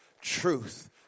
Truth